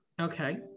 Okay